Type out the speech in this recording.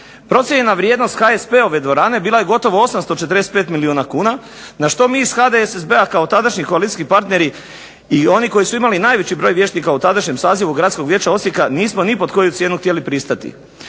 Procijenjena vrijednost HSP-ove dvorane bila je gotovo 845 milijuna kuna na što mi iz HDSSB-a kao tadašnji koalicijski partneri i oni koji su imali najveći broj vijećnika u tadašnjem sazivu Gradskog vijeća Osijeka nismo ni pod koju cijenu htjeli pristati,